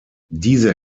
diese